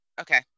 Okay